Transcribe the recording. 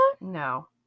no